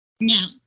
now